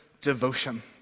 devotion